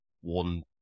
one